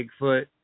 Bigfoot